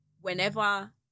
whenever